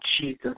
Jesus